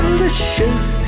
delicious